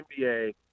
NBA